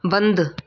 बंदि